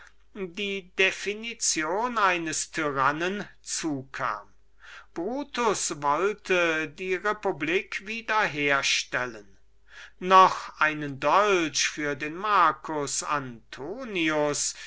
die definition eines tyrannen zukam brutus wollte die republik wiederherstellen noch einen dolch für den marcus antonius